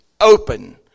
open